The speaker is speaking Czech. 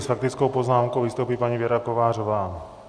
S faktickou poznámkou vystoupí paní Věra Kovářová.